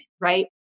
right